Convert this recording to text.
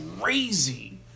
crazy